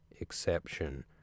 exception